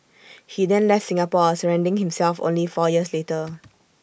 he then left Singapore surrendering himself only four years later